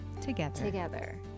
together